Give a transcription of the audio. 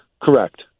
Correct